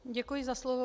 Děkuji za slovo.